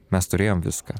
mes turėjom viską